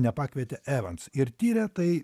nepakvietė evans ir tiria tai